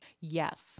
Yes